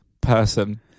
Person